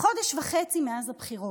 חודש וחצי מאז הבחירות,